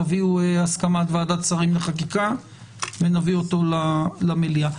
תביאו הסכמת ועדת שרים לחקיקה ונביא אותו למליאה.